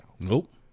Nope